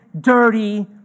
dirty